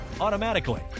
automatically